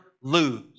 lose